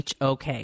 HOK